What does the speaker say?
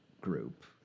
group